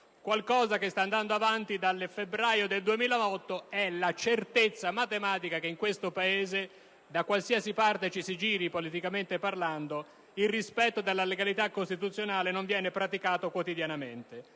qualcosa che sta andando avanti dal febbraio 2008 è la certezza matematica che in questo Paese, da qualsiasi parte ci si giri, politicamente parlando, il rispetto della legalità costituzionale non viene praticato quotidianamente.